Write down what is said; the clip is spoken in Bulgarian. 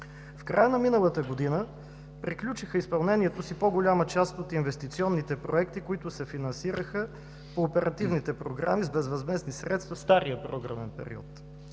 В края на миналата година приключиха изпълнението си по-голямата част от инвестиционните проекти, които се финансираха по оперативните програми с безвъзмездни средства – в стария програмен период.